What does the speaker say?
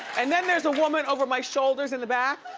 and then there's a woman over my shoulders in the back.